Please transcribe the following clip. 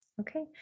Okay